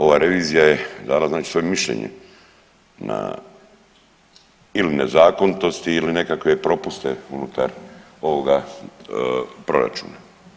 Ova revizija je dala znači svoje mišljenje na ili nezakonitosti ili nekakve propuste unutar ovoga proračuna.